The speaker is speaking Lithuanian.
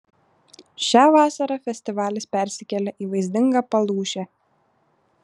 šią vasarą festivalis persikėlė į vaizdingą palūšę